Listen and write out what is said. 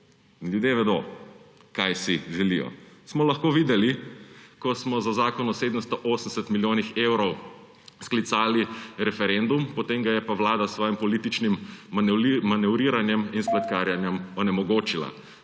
ljudje vedo, kaj si želijo, kar smo lahko videli, ko smo za zakon o 780 milijonih evrov sklicali referendum, potem ga je pa vlada s svojim političnim manevriranjem in spletkarjenjem onemogočila.